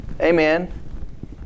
Amen